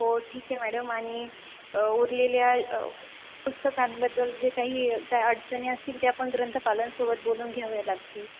हो ठीक आहे मॅडम आणि उरलेल्या पुस्तकांबद्दल जे काही काय अडचणी असतील ते आपण ग्रंथपालांसोबत बोलून घ्याव्या लागतील